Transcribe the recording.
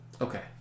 Okay